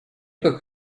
как